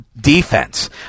defense